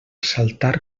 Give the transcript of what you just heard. saltar